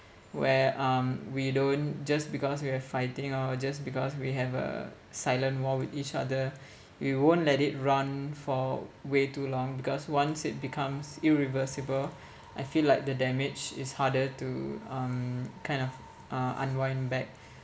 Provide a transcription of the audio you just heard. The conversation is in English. where um we don't just because we are fighting or just because we have a silent war with each other we won't let it run for way too long because once it becomes irreversible I feel like the damage is harder to um kind of uh unwind back